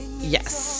Yes